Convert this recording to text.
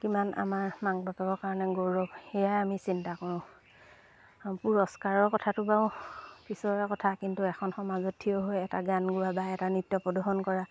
কিমান আমাৰ মাক বাপেকেৰ কাৰণে গৌৰৱ সেয়াই আমি চিন্তা কৰোঁ পুৰস্কাৰৰ কথাটো বাৰু পিছৰ কথা কিন্তু এখন সমাজত থিয় হৈ এটা গান গোৱা বা এটা নৃত্য প্ৰদৰ্শন কৰা